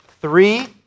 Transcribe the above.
Three